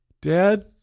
Dad